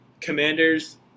commanders